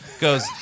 goes